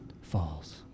falls